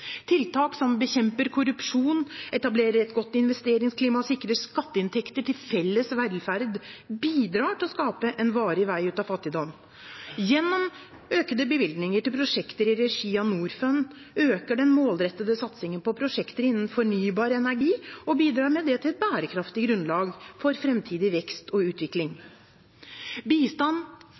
Tiltak som bekjemper korrupsjon, som etablerer et godt investeringsklima, og som sikrer skatteinntekter til felles velferd, bidrar til å skape en varig vei ut av fattigdom. Gjennom økte bevilgninger til prosjekter i regi av Norfund øker den målrettede satsingen på prosjekter innen fornybar energi, som med det bidrar til et bærekraftig grunnlag for fremtidig vekst og utvikling. Bistand